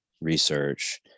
research